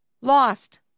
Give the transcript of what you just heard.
Lost